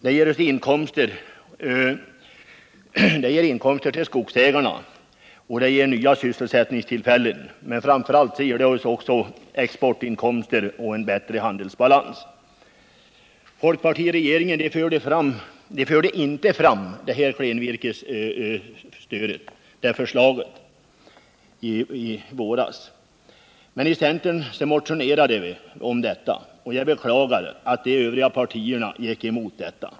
Det ger inkomster till skogsägarna, och det ger sysselsättningstillfällen, men framför allt medverkar det till att ge oss exportinkomster och en bättre handelsbalans. Folkpartiregeringen förde inte fram förslaget från skogsstyrelsen om klenvirkesstöd i våras. Men från centern motionerade vi om detta, och jag beklagar att de övriga partierna gick emot motionen.